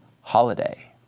HOLIDAY